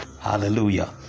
hallelujah